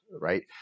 right